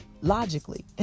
logically